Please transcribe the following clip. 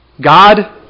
God